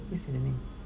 why you say the name